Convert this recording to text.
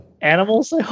Animals